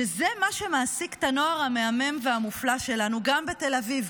שזה מה שמעסיק את הנוער המהמם והמופלא שלנו גם בתל אביב,